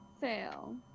fail